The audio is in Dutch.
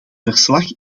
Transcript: verslag